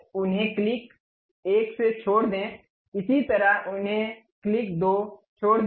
अब उन्हें क्लिक 1 से छोड़ दें इसी तरह उन्हें क्लिक 2 छोड़ दें